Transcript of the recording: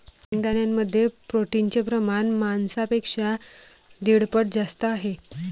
शेंगदाण्यांमध्ये प्रोटीनचे प्रमाण मांसापेक्षा दीड पट जास्त आहे